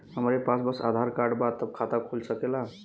हमरे पास बस आधार कार्ड बा त खाता खुल सकेला?